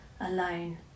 alone